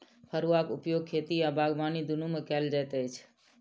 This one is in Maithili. फड़ुआक उपयोग खेती आ बागबानी दुनू मे कयल जाइत अछि